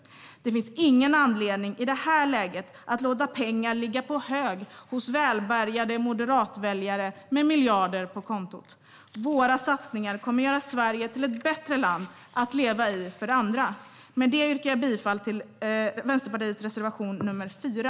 I det här läget finns det ingen anledning att låta pengar ligga på hög hos välbärgade moderatväljare med miljarder på kontot. Våra satsningar kommer att göra Sverige till ett bättre land att leva i för alla. Jag yrkar bifall till Vänsterpartiets reservation, nr 4.